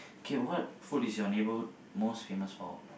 okay what food is your neighborhood most famous for